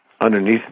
underneath